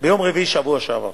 ביום רביעי בשבוע שעבר